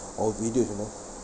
or video you know